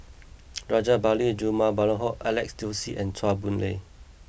Rajabali Jumabhoy Alex Josey and Chua Boon Lay